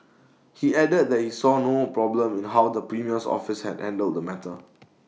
he added that he saw no problem in how the premier's office had handled the matter